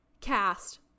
cast